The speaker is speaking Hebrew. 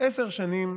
עשר שנים